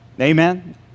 Amen